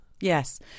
Yes